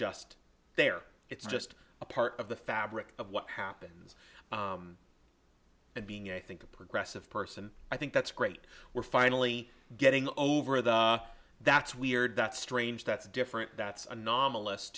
just there it's just a part of the fabric of what happens and being i think a progressive person i think that's great we're finally getting over that that's weird that's strange that's different that's anom